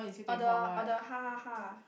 or the or the ha ha ha